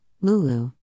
Lulu